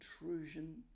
intrusion